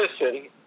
Listen